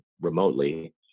remotely